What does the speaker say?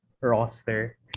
roster